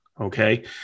Okay